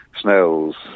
snails